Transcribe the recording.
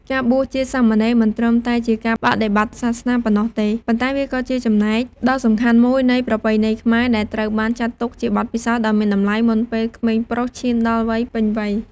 ការបួសជាសាមណេរ មិនត្រឹមតែជាការបដិបត្តិសាសនាប៉ុណ្ណោះទេ ប៉ុន្តែវាក៏ជា ចំណែកដ៏សំខាន់មួយនៃប្រពៃណីខ្មែរ ដែលត្រូវបានចាត់ទុកជាបទពិសោធន៍ដ៏មានតម្លៃមុនពេលក្មេងប្រុសឈានដល់វ័យពេញវ័យ។